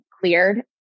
cleared